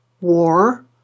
war